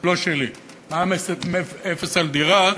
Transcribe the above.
לא שלי, מע"מ אפס על דירה.